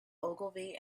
ogilvy